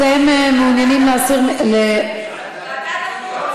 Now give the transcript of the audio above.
אתם מעוניינים להסיר, ועדת החוץ.